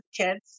kids